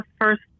first